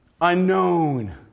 unknown